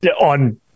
on